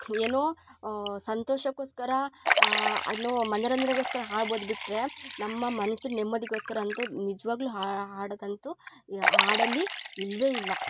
ಏನೋ ಸಂತೋಷಕೋಸ್ಕರ ಅನ್ನೋ ಮನರಂಜನೆಗೋಸ್ಕರ ಆಗ್ಬೋದ್ ಬಿಟ್ಟರೇ ನಮ್ಮ ಮನ್ಸು ನೆಮ್ಮದಿಗೋಸ್ಕರ ಅಂತು ನಿಜವಾಗ್ಲು ಹಾಡು ಹಾಡೋದಂತು ಹಾಡಲ್ಲಿ ಇಲ್ವೇ ಇಲ್ಲ